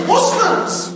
Muslims